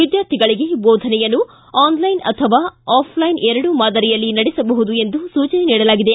ವಿದ್ಯಾರ್ಥಿಗಳಿಗೆ ಬೋಧನೆಯನ್ನು ಆನ್ಲೈನ್ ಮತ್ತು ಆಫ್ಲೈನ್ ಎರಡೂ ಮಾದರಿಯಲ್ಲಿ ನಡೆಸಬಹುದು ಎಂದು ಸೂಚನೆ ನೀಡಲಾಗಿದೆ